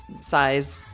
size